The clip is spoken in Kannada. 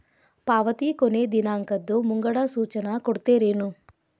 ಪಾವತಿ ಕೊನೆ ದಿನಾಂಕದ್ದು ಮುಂಗಡ ಸೂಚನಾ ಕೊಡ್ತೇರೇನು?